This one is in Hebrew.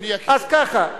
אדוני, אז, ככה: